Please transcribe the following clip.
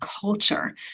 culture